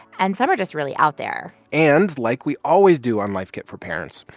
and some are just really out there and, like we always do on life kit for parents,